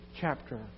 chapter